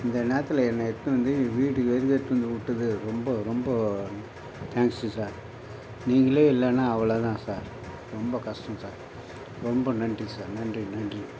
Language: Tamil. அந்த நேரத்தில் என்னை எடுத்துககிட்டு வந்து எங்கள் வீட்டில் எதுக்க எடுத்துகிட்டு வந்துவிட்டது ரொம்ப ரொம்ப தேங்க்ஸ்ஸு சார் நீங்களே இல்லைன்னா அவ்வளோதான் சார் ரொம்ப கஷ்டம் சார் ரொம்ப நன்றி சார் நன்றி நன்றி